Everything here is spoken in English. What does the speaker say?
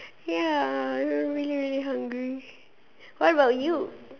ya I'm really really hungry what about you